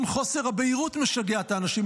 גם חוסר הבהירות משגע את האנשים.